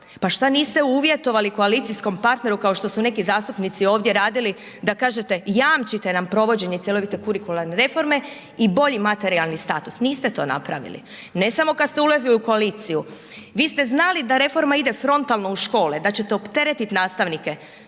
pa šta niste uvjetovali koalicijskom partneru kao što su neki zastupnici ovdje radili da kažete jamčite nam provođenje cjelovite kurikularne reforme i bolji materijalni status, niste to napravili, ne samo kad ste ulazili u koaliciju, vi ste znali da reforma ide frontalno u škole, da ćete opteretit nastavnike,